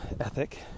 ethic